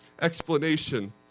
explanation